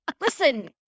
Listen